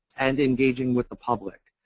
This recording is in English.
and engaging with the public.